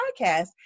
podcast